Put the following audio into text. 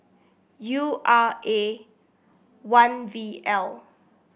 U R A one V L